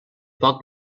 poc